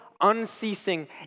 unceasing